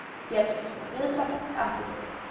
yet in a second afterward,